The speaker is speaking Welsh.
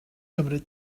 gymryd